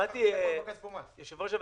אדוני היושב-ראש,